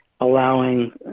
allowing